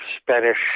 Spanish